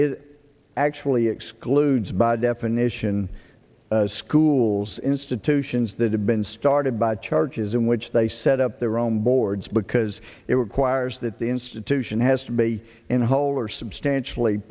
is actually excludes by definition schools institutions that have been started by charges in which they set up their own boards because it would choir's that the institution has to be in whole or substantially